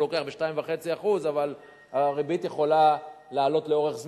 לוקח ב-2.5% אבל הריבית יכולה לעלות לאורך זמן,